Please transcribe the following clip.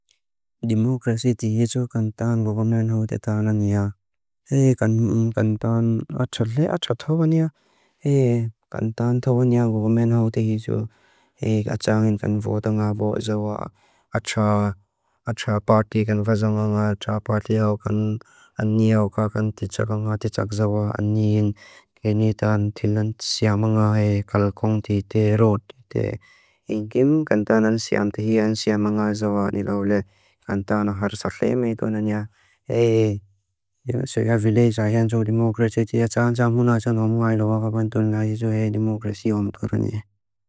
Dimókrasi tihí tsú kan tán govómen áhú te tánániá. He kan kan tán áchá lé, áchá tóvaníá. He kan tán tóvaníá govómen áhú te hí tsú. He kan achá ángin kan votan áhá bói záwa. Achá, achá pátí kan vazan ángá. Achá pátí áhú kan ánni áhú kákan tichak ángá tichak záwa. Ánniín kéni tán tílan tsiáman áhé kál kóng tí té rótí té. Íngim kan tán án siam tihí án siáman áhá záwa niláulé. He kan tán áhár sáxé meitó náni áhé. He sáká vilé sáká tsú dimókrasi tihá tsaán tsaán múná tsaán áhú áiló áhá pan tóni áhí tsú he dimókrasi yóm tóni áhé.